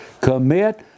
Commit